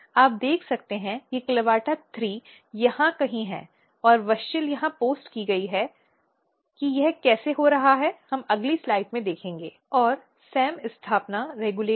आप देख सकते हैं कि CLAVATA3 यहां कहीं हैं और WUSCHEL यहां पोस्ट की गई है कि यह कैसे हो रहा है हम अगली स्लाइड में देखेंगे और SAM स्थापना रेगुलेटेड है